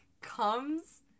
comes